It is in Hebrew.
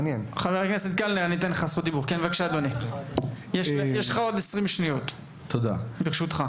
מעניין שכולם מעדיפים לגור במזרח ירושלים ולא ברמאללה.